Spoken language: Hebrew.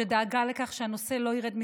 שדאגה לכך שהנושא לא ירד מסדר-היום.